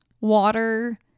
water